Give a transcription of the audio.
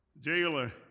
Jailer